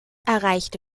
erreichte